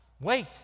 Wait